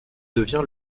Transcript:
devient